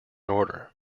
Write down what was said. order